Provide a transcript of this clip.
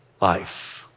life